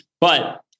But-